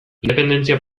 independentzia